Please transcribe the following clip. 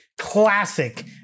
classic